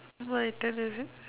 what do I tell with it